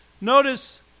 Notice